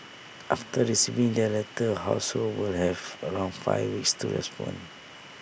after receiving their letters households will have around five weeks to respond